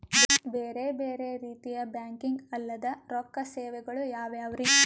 ಬೇರೆ ಬೇರೆ ರೀತಿಯ ಬ್ಯಾಂಕಿಂಗ್ ಅಲ್ಲದ ರೊಕ್ಕ ಸೇವೆಗಳು ಯಾವ್ಯಾವ್ರಿ?